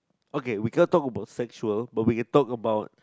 okay we can't talk about sexual but we can talk about